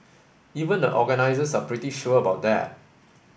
even the organisers are pretty sure about that